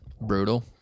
brutal